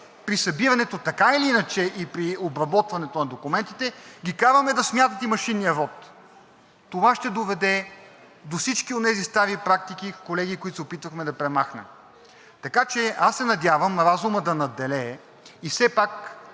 при събирането така или иначе и при обработването на документите, ги караме да смятат и машинния вот?! Колеги, това ще доведе до всички онези стари практики, които се опитвахме да премахнем. Така че аз се надявам разумът да надделее и все пак